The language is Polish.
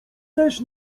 też